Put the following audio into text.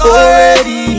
already